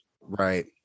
Right